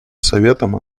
советом